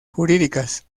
jurídicas